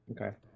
Okay